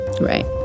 Right